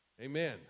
Amen